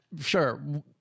Sure